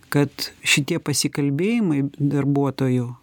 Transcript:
kad šitie pasikalbėjimai darbuotojų